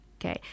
Okay